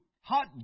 hot